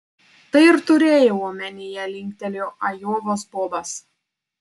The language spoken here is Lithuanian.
tai ir turėjau omenyje linktelėjo ajovos bobas